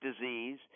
disease